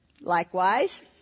Likewise